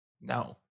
No